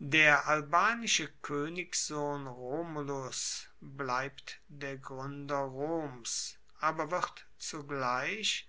der albanische koenigssohn romulus bleibt der gruender roms aber wird zugleich